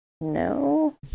no